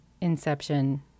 Inception